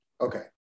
Okay